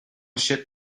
ship